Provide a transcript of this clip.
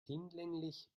hinlänglich